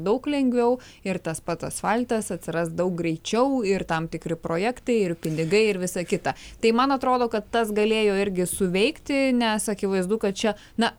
daug lengviau ir tas pat asfaltas atsiras daug greičiau ir tam tikri projektai ir pinigai ir visa kita tai man atrodo kad tas galėjo irgi suveikti nes akivaizdu kad čia na